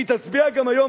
היא תצביע גם היום,